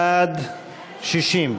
בעד, 60,